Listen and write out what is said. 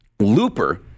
Looper